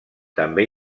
també